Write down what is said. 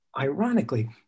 ironically